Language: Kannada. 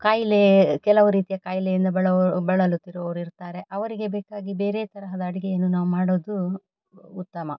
ಖಾಯಿಲೆ ಕೆಲವು ರೀತಿಯ ಖಾಯಿಲೆಯಿಂದ ಬಳಲು ಬಳಲುತ್ತಿರುವವರು ಇರುತ್ತಾರೆ ಅವರಿಗೆ ಬೇಕಾಗಿ ಬೇರೆ ತರಹದ ಅಡುಗೆಯನ್ನು ನಾವು ಮಾಡೋದು ಉತ್ತಮ